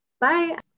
Bye